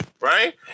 right